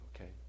okay